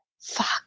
fuck